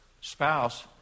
spouse